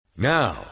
Now